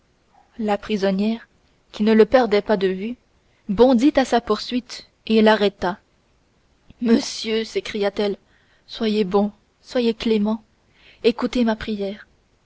la prisonnière qui ne le perdait pas de vue bondit à sa poursuite et l'arrêta monsieur s'écria-t-elle soyez bon soyez clément écoutez ma prière